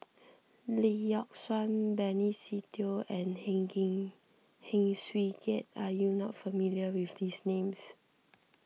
Lee Yock Suan Benny Se Teo and Heng Heng Swee Keat are you not familiar with these names